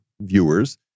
viewers